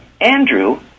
Andrew